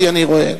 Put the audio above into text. כי אני רואה,